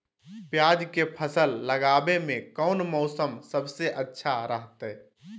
प्याज के फसल लगावे में कौन मौसम सबसे अच्छा रहतय?